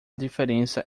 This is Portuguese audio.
diferença